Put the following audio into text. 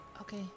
Okay